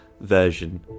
version